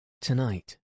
Tonight